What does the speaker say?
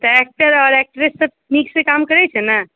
तऽ एक्टर आओर एक्ट्रेससभ नीकसँ काम करैत छै ने